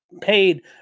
paid